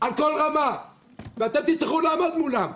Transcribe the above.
על כל רמה ואתם תצטרכו לעמוד מולם.